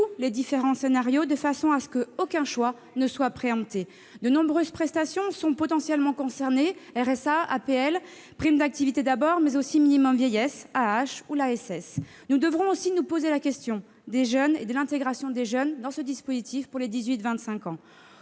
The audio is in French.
les différents scénarios, de façon à ce qu'aucun choix ne soit préempté. De nombreuses prestations sont potentiellement concernées : le RSA, l'APL, la prime d'activité, mais aussi le minimum vieillesse, l'AAH ou l'ASS. Nous devrons aussi nous poser la question des jeunes et de l'intégration des 18-25 ans dans ce dispositif. Au-delà de ces